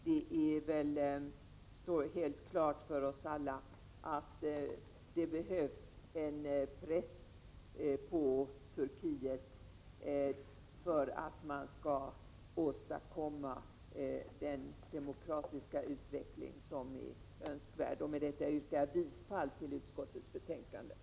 Det står helt klart för oss alla att det behövs en press på Turkiet för att den demokratiska utveckling som är önskvärd skall kunna åstadkommas. Med det anförda yrkar jag bifall till utskottets hemställan.